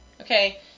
Okay